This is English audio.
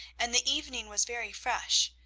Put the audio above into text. and the evening was very fresh.